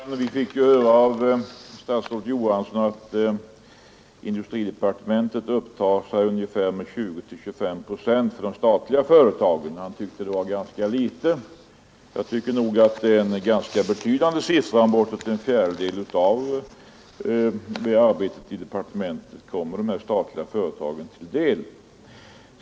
Fru talman! Vi fick höra av statsrådet Johansson att man i industridepartementet till ungefär 20—25 procent sysselsätter sig med de statliga företagen, och han tyckte det var ganska litet. Jag tycker nog det är en rätt betydande andel, att bortåt en fjärdedel av arbetet i departementet kommer de statliga företagen till del.